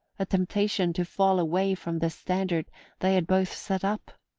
a temptation to fall away from the standard they had both set up.